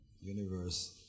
Universe